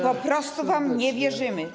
Po prostu wam nie wierzymy.